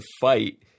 fight